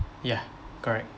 ya correct